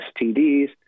STDs